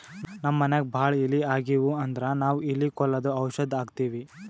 ನಮ್ಮ್ ಮನ್ಯಾಗ್ ಭಾಳ್ ಇಲಿ ಆಗಿವು ಅಂದ್ರ ನಾವ್ ಇಲಿ ಕೊಲ್ಲದು ಔಷಧ್ ಹಾಕ್ತಿವಿ